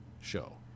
show